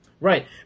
Right